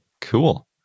Cool